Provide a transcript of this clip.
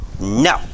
No